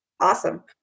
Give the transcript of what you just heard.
Awesome